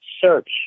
search